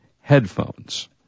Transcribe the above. Headphones